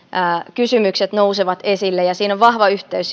kysymykset nousevat esille ja siinä on vahva yhteys